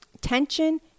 Tension